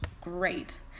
great